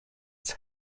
its